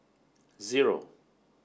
zero